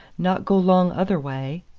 not go long other way.